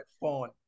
phone